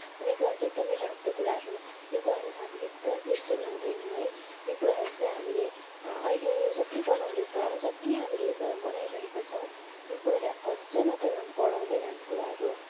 भन्ने कुराहरू चाहिँ एकदमै राम्रो कुराहरू हो यो कुरा मिन्स हामीले एकदमै बिर्सन हुँदैन है यो कुराहरू चाहिँ हामीले अहिले यो जति मनाउँदैछौ जति यो कुराहरू हामीले मनाइरहेका छौँ यो कुरालाई अझै मात्रामा बढाउँदै लाने कुराहरू हो